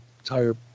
Entire